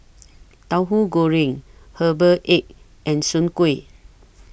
Tahu Goreng Herbal Egg and Soon Kueh